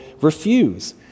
refuse